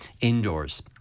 indoors